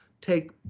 take